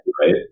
right